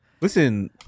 Listen